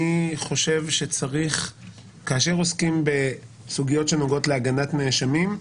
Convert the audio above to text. אני חושב שכאשר עוסקים בסוגיות שנוגעות להגנת הנאשמים,